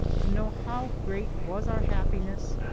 to know how great was our happiness,